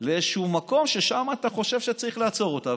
לאיזשהו מקום ששם אתה חושב שצריך לעצור אותה,